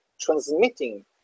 transmitting